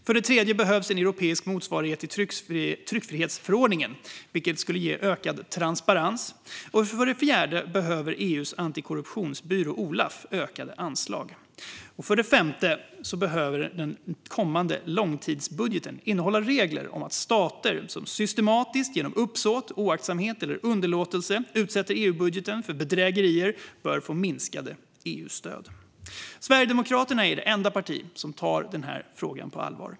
För det tredje behövs en europeisk motsvarighet till tryckfrihetsförordningen, vilket skulle ge ökad transparens. För det fjärde behöver EU:s antikorruptionsbyrå, Olaf, ökade anslag. För det femte behöver den kommande långtidsbudgeten innehålla regler om att stater som systematiskt genom uppsåt, oaktsamhet eller underlåtelse utsätter EU-budgeten för bedrägerier bör få minskade EU-stöd. Sverigedemokraterna är det enda parti som tar den här frågan på allvar.